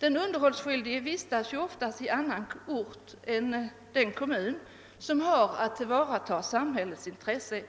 Den underhållsskyldige vistas ofta på annan ort än i den kommun som har att tillvarata samhällets intresse av